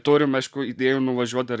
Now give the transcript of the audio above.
turim aišku idėjų nuvažiuot dar